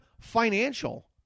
financial